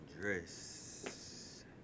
dress